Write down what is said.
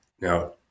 Now